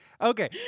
okay